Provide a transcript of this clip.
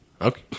Okay